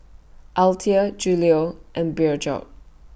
Althea Julio and Bjorn